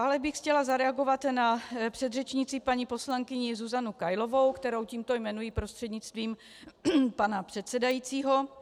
Dále bych chtěla zareagovat na předřečnici paní poslankyni Zuzanu Kailovou, kterou tímto jmenuji prostřednictvím pana předsedajícího.